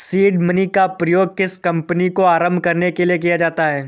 seed money का प्रयोग किसी कंपनी को आरंभ करने के लिए किया जाता है